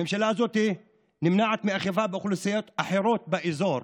הממשלה הזאת נמנעת מאכיפה באוכלוסיות אחרות באזור,